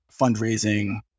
fundraising